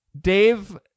Dave